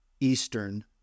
eastern